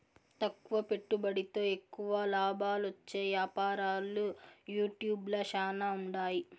తక్కువ పెట్టుబడితో ఎక్కువ లాబాలొచ్చే యాపారాలు యూట్యూబ్ ల శానా ఉండాయి